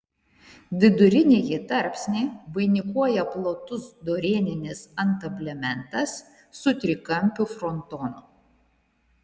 vidurinįjį tarpsnį vainikuoja platus dorėninis antablementas su trikampiu frontonu